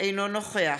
אינו נוכח